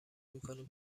میکنیم